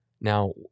now